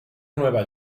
nueva